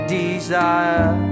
desire